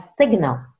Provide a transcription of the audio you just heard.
signal